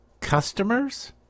customers